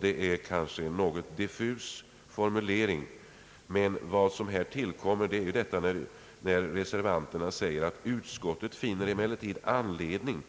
Det är kanske en något diffus formulering, men härtill kommer reservanternas förslag till skrivning: »Utskottet finner emellertid anledning